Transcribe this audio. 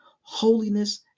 Holiness